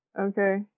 Okay